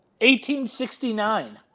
1869